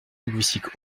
linguistique